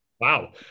Wow